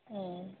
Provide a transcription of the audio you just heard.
ꯎꯝ